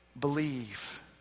believe